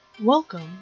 Welcome